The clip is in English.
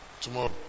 Tomorrow